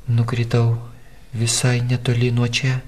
nukritau visai netoli nuo čia